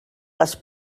les